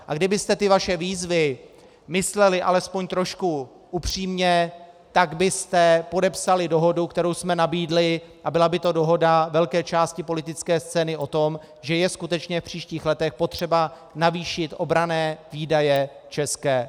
A kdybyste své výzvy mysleli alespoň trošku upřímně, tak byste podepsali dohodu, kterou jsme nabídli, a byla by to dohoda velké části politické scény o tom, že je skutečně v příštích letech potřeba navýšit obranné výdaje ČR.